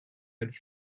had